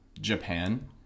Japan